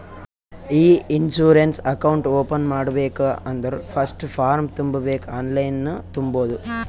E insurance account open ಮಾಡ್ಬೇಕ ಅಂದುರ್ first form ತುಂಬಬೇಕ್ ಆನ್ಲೈನನ್ನು ತುಂಬೋದು